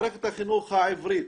מערכת החינוך העברית,